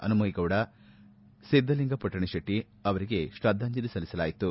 ಹನುಮೇಗೌಡ ಸಿದ್ದಲಿಂಗ ಪಟ್ಟಣಶೆಟ್ಟ ಅವರಿಗೆ ಶ್ರದ್ದಾಂಜಲಿ ಸಲ್ಲಿಸಲಾಯಿತು